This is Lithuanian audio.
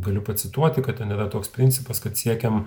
galiu pacituoti kad ten yra toks principas kad siekiam